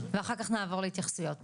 ואחר כך נעבור להתייחסויות.